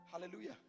Hallelujah